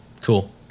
cool